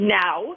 now